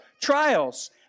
trials